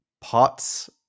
pots